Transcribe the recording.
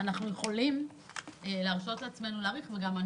אנחנו יכולים להרשות לעצמנו להעריך ואני גם